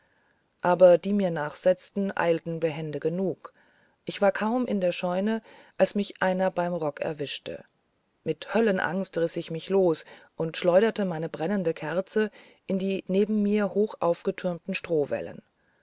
aber die mir nachsetzten eilten behend genug ich war kaum in der scheune als mich einer beim rock erwischte mit höllenangst riß ich mich los und schleuderte meine brennende kerze in die neben mir hoch aufgetürmten strohwellen